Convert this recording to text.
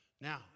now